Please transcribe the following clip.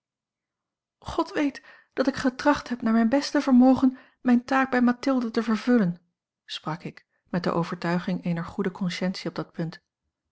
god weet dat ik getracht heb naar mijn beste vermogen mijne taak bij mathilde te vervullen sprak ik met de overtuiging eener goede consciëntie op dat punt